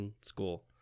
school